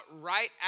right